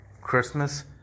Christmas